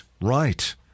Right